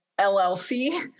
LLC